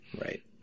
Right